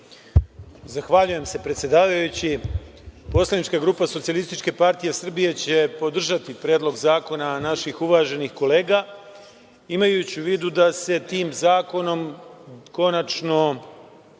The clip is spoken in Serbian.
Zahvaljujem se, predsedavajući. Poslanička grupa SPS će podržati Predlog zakona naših uvaženih kolega, imajući u vidu da se tim zakonom konačno